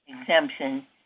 exemption